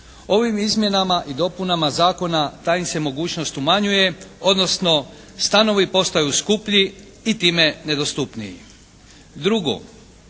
Drugo,